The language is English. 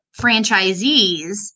franchisees